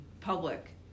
public